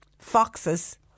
Foxes